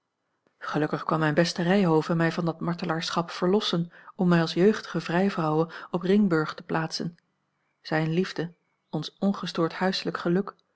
gelukkig kwam mijn beste ryhove mij van dat martelaarschap verlossen om mij als jeugdige vrij vrouwe op ringburg te plaatsen zijne liefde ons ongestoord huislijk geluk